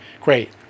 great